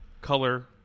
color